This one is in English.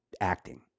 acting